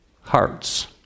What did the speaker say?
hearts